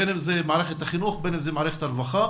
בין אם זו מערכת החינוך ובין אם זו מערכת הרווחה?